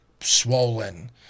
swollen